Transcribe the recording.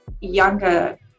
younger